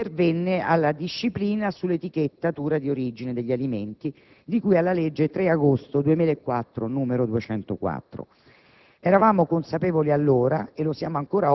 popolare promosso dalla Coldiretti si pervenne alla disciplina sull'etichettatura di origine degli alimenti, di cui alla legge 3 agosto 2004, n. 204.